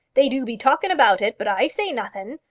they do be talking about it, but i say nothin'.